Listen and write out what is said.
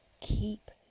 Keep